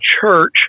church